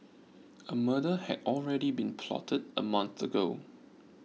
a murder had already been plotted a month ago